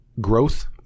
growth